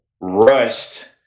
rushed